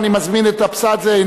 אני מזמין את אבסדזה,